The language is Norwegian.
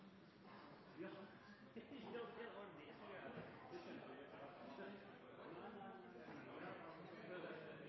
målene, og vi skal gjøre det